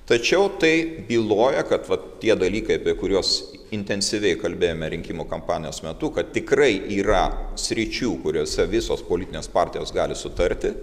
tačiau tai byloja kad va tie dalykai apie kuriuos intensyviai kalbėjome rinkimų kampanijos metu kad tikrai yra sričių kuriose visos politinės partijos gali sutarti